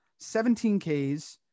17Ks